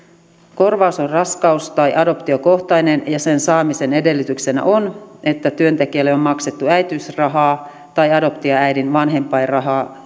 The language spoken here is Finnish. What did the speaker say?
korvaus on raskaus tai adoptiokohtainen ja sen saamisen edellytyksenä on että työntekijälle on maksettu äitiysrahaa tai adoptioäidin vanhempainrahaa